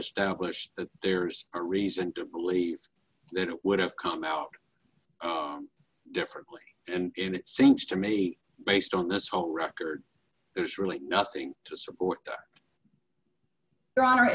establish that there's a reason to believe it would have come out differently and it seems to me based on this whole record there's really nothing to support your honor